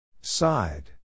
Side